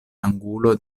angulo